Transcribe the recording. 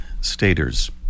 Staters